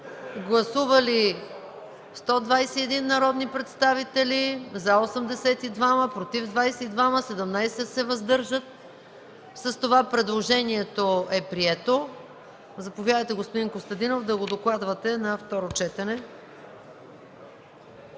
Гласували 121 народни представители: за 82, против 22, въздържали се 17. С това предложението е прието. Заповядайте, господин Костадинов, да докладвате законопроекта